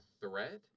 threat